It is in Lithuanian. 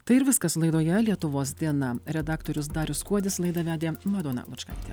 tai ir viskas laidoje lietuvos diena redaktorius darius kuodis laidą vedė madona lučkaitė